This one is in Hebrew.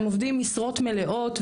הם עובדים משרות מלאות.